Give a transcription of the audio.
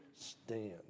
stand